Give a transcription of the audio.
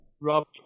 Rob